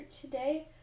today